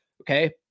okay